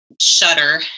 shudder